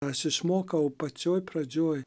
aš išmokau pačioj pradžioj